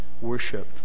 worship